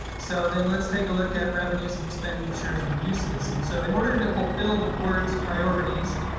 so then let's take a look at revenues and expenditures and uses. and so in order to fulfill the board's priorities,